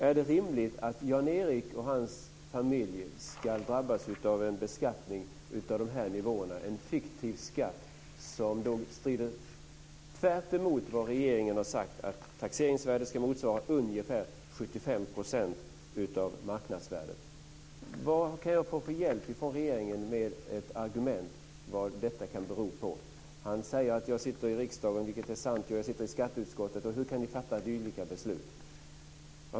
Är det rimligt att Jan-Erik och hans familj ska drabbas av en beskattning på den här nivån? Det är en fiktiv skatt som strider helt emot vad regeringen har sagt, nämligen att taxeringsvärdet ska motsvara ungefär 75 % av marknadsvärdet? Vad kan jag få för hjälp av regeringen med en förklaring till vad detta kan bero på? Han säger att jag sitter i riksdagen och i skatteutskottet, vilket är sant. Han undrar hur vi kan fatta dylika beslut.